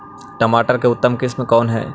टमाटर के उतम किस्म कौन है?